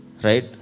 Right